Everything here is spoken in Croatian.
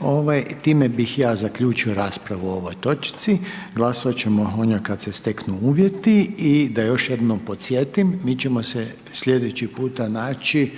ovaj. Time bih ja zaključio raspravu o ovoj točci, glasovat ćemo o njoj kad se steknu uvjeti, i da još jednom podsjetim, mi ćemo se sljedeći puta naći,